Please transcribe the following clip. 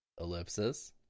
ellipsis